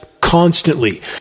constantly